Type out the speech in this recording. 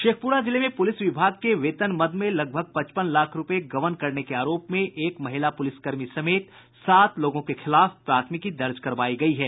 शेखप्रा जिले में पूलिस विभाग के वेतन मद में लगभग पचपन लाख रूपये गबन करने के आरोप में एक महिला पुलिसकर्मी समेत सात लोगों के खिलाफ प्राथमिकी दर्ज करवायी गयी है